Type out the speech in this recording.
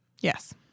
Yes